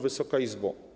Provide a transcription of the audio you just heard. Wysoka Izbo!